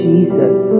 Jesus